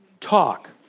talk